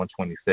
126